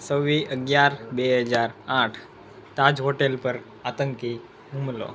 છવ્વીસ અગિયાર બે હજાર આઠ તાજ હોટેલ પર આતંકી હુમલો